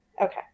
Okay